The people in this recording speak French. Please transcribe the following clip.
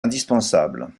indispensable